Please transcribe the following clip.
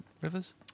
rivers